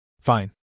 Fine